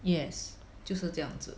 yes 就是这样子